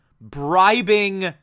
bribing